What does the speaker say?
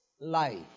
life